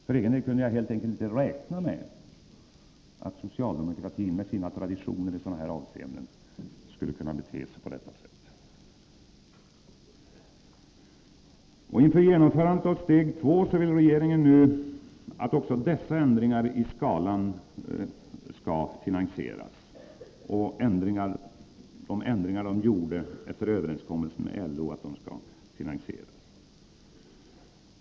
För egen del kunde jag helt enkelt inte räkna med att socialdemokraterna med sina traditioner i sådana här avseenden skulle kunna bete sig på detta sätt. Inför genomförandet av steg II vill regeringen nu att också de ändringar i skalan som gjordes efter överenskommelse med LO skall finansieras.